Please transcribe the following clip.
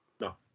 No